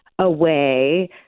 away